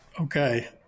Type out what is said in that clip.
Okay